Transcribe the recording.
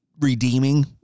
redeeming